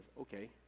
okay